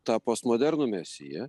tą postmodernų mesiją